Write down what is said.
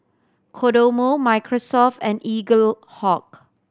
Kodomo Microsoft and Eaglehawk